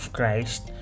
Christ